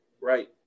right